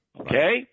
Okay